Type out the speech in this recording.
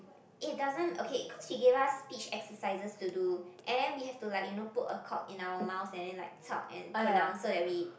it doesn't okay cause she gave us speech exercises to do and then we have to like you know put a cork in our mouth and then like talk and pronounce so that we